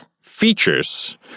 features